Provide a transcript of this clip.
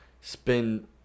spend